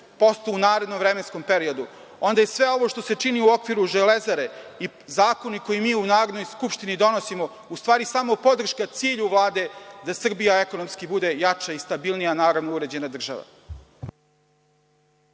3,40% u narednom vremenskom periodu, onda je sve ovo što se čini u okviru „Železare“ i zakoni koje mi u Narodnoj skupštini donosimo u stvari su samo podrška cilju Vlade da Srbija bude ekonomski jača i stabilnija, naravno, uređenja država.